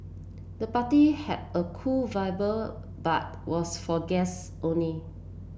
the party had a cool vibe but was for guests only